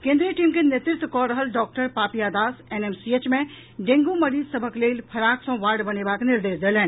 केन्द्रीय टीम के नेतृत्व कऽ रहल डॉक्टर पापिया दास एनएमसीएच मे डेंगू मरीज सभक लेल फराक सँ वार्ड बनेबाक निर्देश देलनि